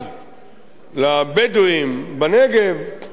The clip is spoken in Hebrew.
לבדואים בנגב אפליה,